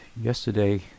yesterday